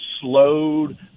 slowed